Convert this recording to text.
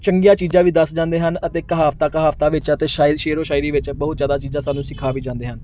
ਚੰਗੀਆਂ ਚੀਜ਼ਾਂ ਵੀ ਦੱਸ ਜਾਂਦੇ ਹਨ ਅਤੇ ਕਹਾਵਤਾਂ ਕਹਾਵਤਾਂ ਵਿੱਚ ਅਤੇ ਸ਼ਾਈਲ ਸ਼ੇਰੋ ਸ਼ਾਇਰੀ ਵਿੱਚ ਬਹੁਤ ਜ਼ਿਆਦਾ ਚੀਜ਼ਾਂ ਸਾਨੂੰ ਸਿਖਾ ਵੀ ਜਾਂਦੇ ਹਨ